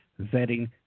vetting